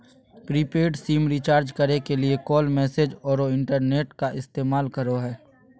prepaid SIM recharge करे के लिए कॉल, मैसेज औरो इंटरनेट का इस्तेमाल करो हइ